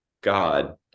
God